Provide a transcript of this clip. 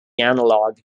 analog